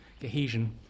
cohesion